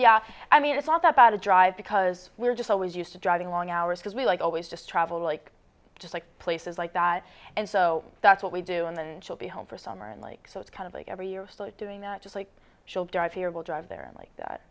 yeah i mean it's not that bad a drive because we're just always used to driving long hours because we like always just travel like just like places like that and so that's what we do and then she'll be home for summer and like so it's kind of like every year start doing that just like should drive here will drive there i'm like